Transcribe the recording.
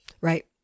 Right